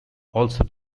also